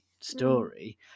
story